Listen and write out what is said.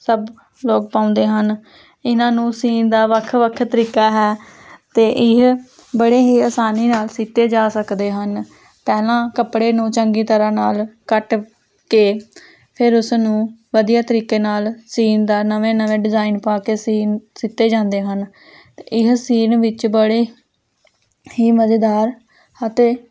ਸਭ ਲੋਕ ਪਾਉਂਦੇ ਹਨ ਇਹਨਾਂ ਨੂੰ ਸੀਨ ਦਾ ਵੱਖ ਵੱਖ ਤਰੀਕਾ ਹੈ ਅਤੇ ਇਹ ਬੜੇ ਹੀ ਆਸਾਨੀ ਨਾਲ ਸੀਤੇ ਜਾ ਸਕਦੇ ਹਨ ਪਹਿਲਾਂ ਕੱਪੜੇ ਨੂੰ ਚੰਗੀ ਤਰ੍ਹਾਂ ਨਾਲ ਕੱਟ ਕੇ ਫਿਰ ਉਸਨੂੰ ਵਧੀਆ ਤਰੀਕੇ ਨਾਲ ਸੀਨ ਦਾ ਨਵੇਂ ਨਵੇਂ ਡਿਜ਼ਾਇਨ ਪਾ ਕੇ ਸੀਨ ਸੀਤੇ ਜਾਂਦੇ ਹਨ ਅਤੇ ਇਹ ਸੀਨ ਵਿੱਚ ਬੜੇ ਹੀ ਮਜ਼ੇਦਾਰ ਅਤੇ